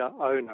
owner